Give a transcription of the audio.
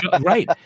right